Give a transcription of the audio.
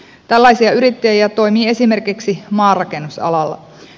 tällaisia yrittäjiä toimii esimerkiksi maanrakennusalalla